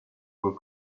where